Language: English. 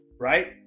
right